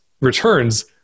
returns